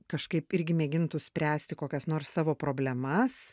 kažkaip irgi mėgintų spręsti kokias nors savo problemas